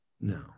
no